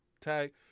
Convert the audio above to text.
Tag